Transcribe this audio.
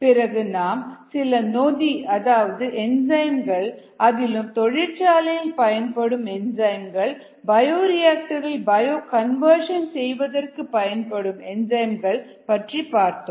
பிறகு நாம் சில நொதி அதாவது என்சைம்கள் அதிலும் தொழிற்சாலைகளில் பயன்படும் என்சைம்கள் பயோரியா ஆக்டர் களில் பயோ கன்வெர்ஷன் செய்வதற்கு பயன்படும் என்சைம்கள் பற்றி பார்த்தோம்